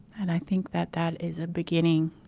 and i think that that is a beginning